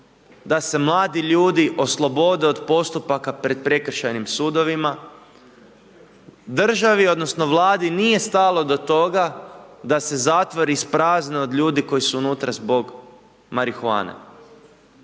da se mladi ljudi oslobode od postupaka pred prekršajnim sudovima, državi odnosno Vladi nije stalo do toga da se zatvori isprazne od ljudi koji su unutra zbog marihuane.